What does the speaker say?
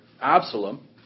Absalom